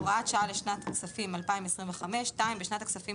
הוראת שעה לשנת הכספים 2025 בשנת הכספים